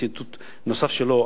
ציטוט נוסף שלו,